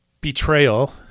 betrayal